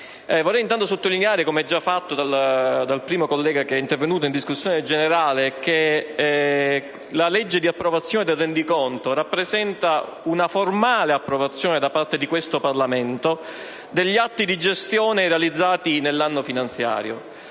innanzitutto sottolineare, come già fatto dal primo collega intervenuto in discussione generale, che la legge di approvazione del rendiconto rappresenta una formale approvazione da parte di questo Parlamento degli atti di gestione realizzati nell'anno finanziario.